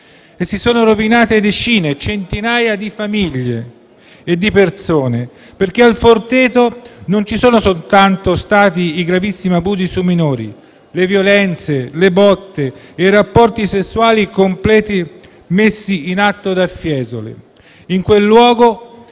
e si sono rovinate decine, centinaia di famiglie e di persone, perché a «Il Forteto» non ci sono stati soltanto gravissimi abusi su minori, le violenze, le botte e i rapporti sessuali completi messi in atto da Fiesoli. In quel luogo